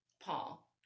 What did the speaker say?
Paul